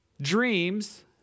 dreams